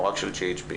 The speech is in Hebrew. או רק של GHB?